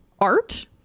art